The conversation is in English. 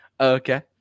Okay